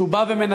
כשהוא בא ומנצל,